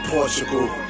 Portugal